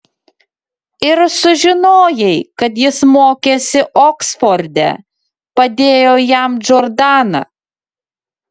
ir sužinojai kad jis mokėsi oksforde padėjo jam džordana